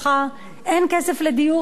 אין כסף לדיור ציבורי,